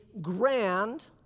grand